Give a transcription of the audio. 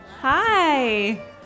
Hi